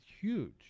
huge